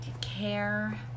care